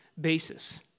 basis